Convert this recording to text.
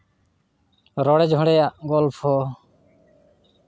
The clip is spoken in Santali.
ᱨᱚᱲᱮ ᱡᱷᱚᱲᱮᱭᱟᱜ ᱜᱚᱞᱯᱷᱚ